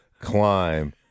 climb